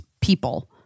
people